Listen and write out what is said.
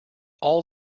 all